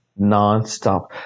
nonstop